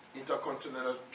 Intercontinental